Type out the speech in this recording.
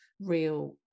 real